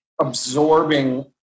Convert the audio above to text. absorbing